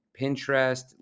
Pinterest